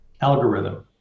algorithm